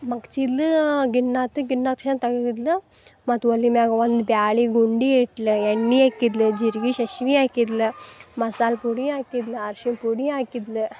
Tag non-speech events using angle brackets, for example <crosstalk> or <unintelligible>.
ಮಗ್ಚಿದ್ಲು ಗಿಣ್ಣಾತು <unintelligible> ಮತ್ತೆ ಒಲೆ ಮ್ಯಾಗ ಒಂದು ಬ್ಯಾಳಿಗುಂಡಿ ಇಟ್ಲು ಎಣ್ಣೆ ಹಾಕಿದ್ಲು ಜೀರ್ಗಿ ಸಾಸ್ವಿ ಹಾಕಿದ್ಲು ಮಸಾಲೆ ಪುಡಿ ಹಾಕಿದ್ಲು ಅರ್ಶಿನ ಪುಡಿ ಹಾಕಿದ್ಲು